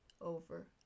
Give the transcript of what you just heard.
over